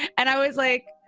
and i was like,